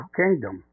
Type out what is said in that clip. kingdom